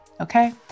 okay